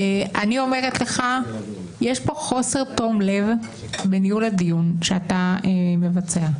יש פה חוסר תום לב בניהול הדיון שאתה מבצע,